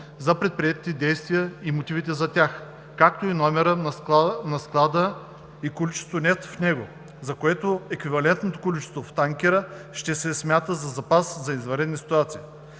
за предприетите действия и мотивите за тях, както и за номера на склада и количеството нефт в него, за което еквивалентното количество в танкера ще се смята за запас за извънредни ситуации.